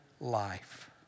Life